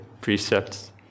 precepts